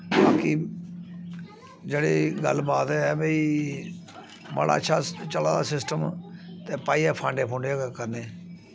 बाकी जेह्ड़ी गल्लबात ऐ भाई बड़ा अच्छा चला दा सिस्टम ते भाई अस फांडे फुंडे गै करने